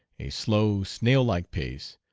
a slow, snail-like pace,